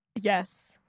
Yes